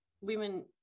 women